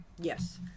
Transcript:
yes